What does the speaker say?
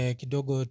kidogo